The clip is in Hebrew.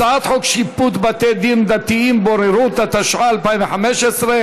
הצעת חוק הביטוח הלאומי